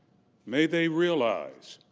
may they realize.